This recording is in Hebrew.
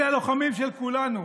אלה הלוחמים של כולנו,